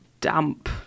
damp